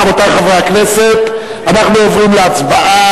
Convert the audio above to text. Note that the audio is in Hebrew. רבותי חברי הכנסת, אנחנו עוברים להצבעה.